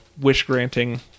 wish-granting